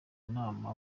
nama